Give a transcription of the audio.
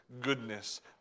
goodness